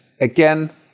again